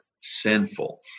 sinful